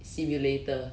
simulator